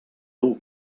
dur